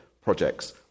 projects